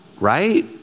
Right